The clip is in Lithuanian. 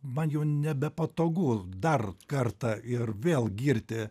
man jau nebepatogu dar kartą ir vėl girti